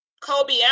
Kobe